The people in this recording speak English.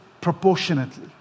proportionately